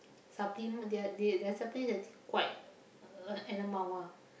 supplement their they their supplement is actually quite a an amount ah